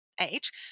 age